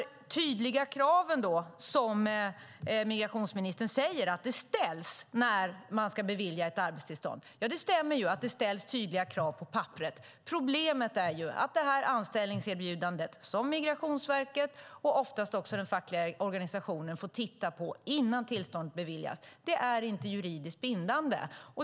Migrationsministern säger att det ställs tydliga krav när ett arbetstillstånd ska beviljas. Det stämmer att det ställs tydliga krav på papperet. Problemet är dock att det anställningserbjudande som Migrationsverket och oftast också den fackliga organisationen får titta på innan tillstånd beviljas inte är juridiskt bindande.